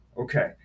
Okay